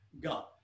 God